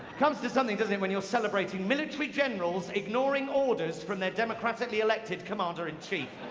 comes to something, doesn't it, when you're celebrating military generals ignoring orders from their democratically elected commander in chief.